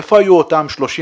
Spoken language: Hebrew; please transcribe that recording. איפה היו אותם 34,